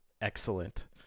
Excellent